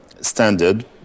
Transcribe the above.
standard